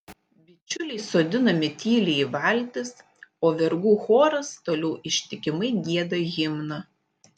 bičiuliai sodinami tyliai į valtis o vergų choras toliau ištikimai gieda himną